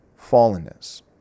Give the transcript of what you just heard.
fallenness